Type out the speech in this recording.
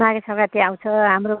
माघे सङ्क्रान्ति आउँछ हाम्रो